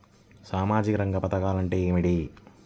సామాజిక రంగ పధకాలు అంటే ఏమిటీ?